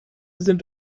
sind